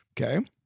Okay